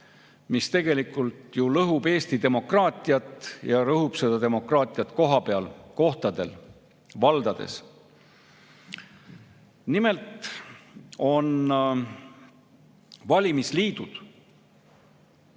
mis lõhub Eesti demokraatiat ja lõhub seda demokraatiat kohapeal, kohtadel, valdades. Nimelt on valimisliidud,